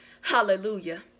Hallelujah